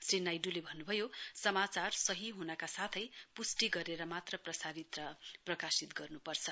श्री नाइडूले भन्नुभयो समाचार सही ह्नका साथै पुष्टि गरेर मात्र प्रसारित र प्रकाशित गर्नुपर्छ